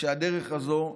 שהדרך הזו,